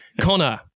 Connor